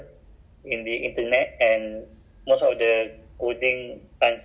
that one you that one tak boleh search apa online